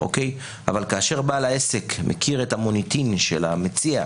אבל כאשר בעל העסק מכיר את המוניטין של המציע,